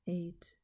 eight